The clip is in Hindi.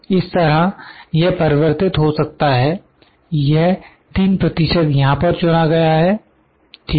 इस तरह यह परिवर्तित हो सकता है यह 3 प्रतिशत यहां पर चुना गया है ठीक है